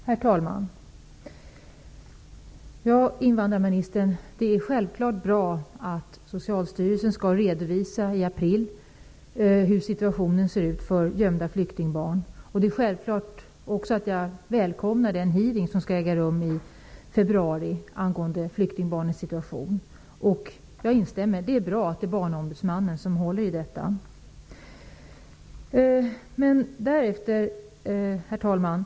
Herr talman! Det är självfallet bra att Socialstyrelsen i april skall redovisa hur situationen ser ut för gömda flyktingbarn. Jag välkomnar den hearing som skall äga rum i februari angående flyktingbarnens situation. Jag instämmer i att det är bra att Barnombudsmannen håller i den. Herr talman!